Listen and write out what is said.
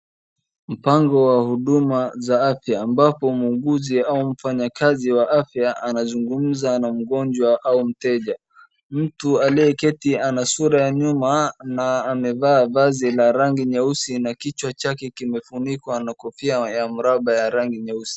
Mpango wa huduma za afya ambapo muuguzi au mfanyakazi wa afya anazungumza na mgonjwa au mteja. Mtu aliyeketi ana sura ya nyuma na amevaa vazi la rangi nyeusi, na kichwa chake kimefunikwa na kofia ya mraba ya rangi nyeusi.